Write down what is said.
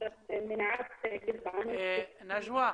נג'וא,